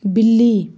बिल्ली